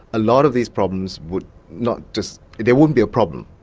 a lot of these problems would not just they wouldn't be a problem,